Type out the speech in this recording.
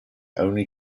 only